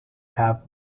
have